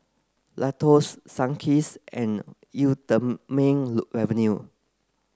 Lacoste Sunkist and Eau Thermale Avene